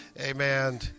Amen